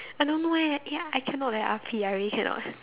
I don't know eh ya I cannot eh R_P ya I really cannot